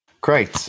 Great